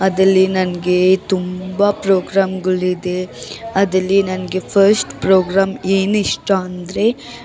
ಅದಲ್ಲಿ ನನಗೆ ತುಂಬ ಪ್ರೋಗ್ರಾಮ್ಗಳಿದೆ ಅದಲ್ಲಿ ನಂಗೆ ಫಸ್ಟ್ ಪ್ರೋಗ್ರಾಮ್ ಏನು ಇಷ್ಟ ಅಂದರೆ